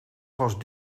was